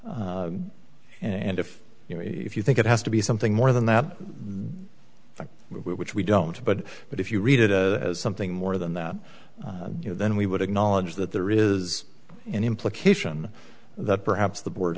and if you know if you think it has to be something more than that thank you which we don't but but if you read it as something more than that you know then we would acknowledge that there is an implication that perhaps the board